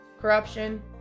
corruption